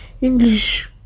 English